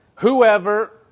Whoever